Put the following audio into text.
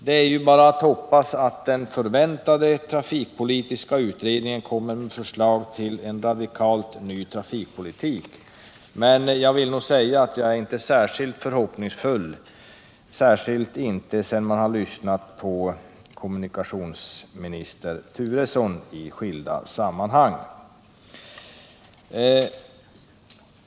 Det är bara att hoppas att den förväntade trafikpolitiska utredningen kommer med förslag till en radikalt ny trafikpolitik. Men jag vill säga att jag inte är särskilt förhoppningsfull, speciellt inte sedan jag lyssnat på kommunikationsminister Turesson i skilda sammanhang.